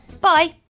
Bye